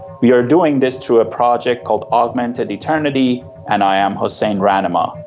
we are doing this through a project called augmented eternity, and i am hossein rahnama,